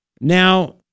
Now